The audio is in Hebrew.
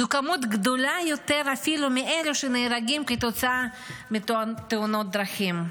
זו כמות גדולה יותר אפילו מאלה שנהרגים כתוצאה מתאונות דרכים.